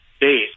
base